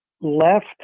left